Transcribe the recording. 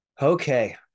okay